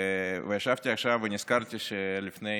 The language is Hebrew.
ישבתי עכשיו ונזכרתי שלפני,